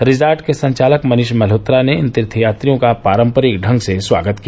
resort के संचालक मनीष मल्होत्रा ने इन तीर्थ यात्रियों का पारम्परिक ढंग से स्वागत किया